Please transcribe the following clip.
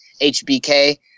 HBK